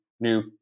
new